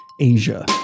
Asia